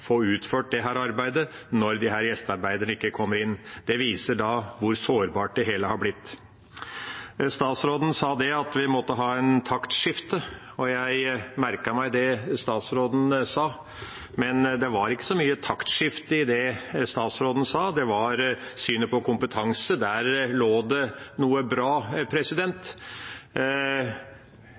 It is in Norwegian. få utført dette arbeidet når de gjestearbeiderne ikke kommer inn. Det viser hvor sårbart det hele har blitt. Statsråden sa at vi måtte ha et taktskifte, og jeg merket meg det, men det var ikke så mye taktskifte i det statsråden sa. I synet på kompetanse lå det noe bra.